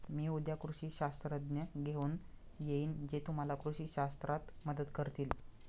मी उद्या कृषी शास्त्रज्ञ घेऊन येईन जे तुम्हाला कृषी शास्त्रात मदत करतील